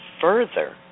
further